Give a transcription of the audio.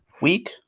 week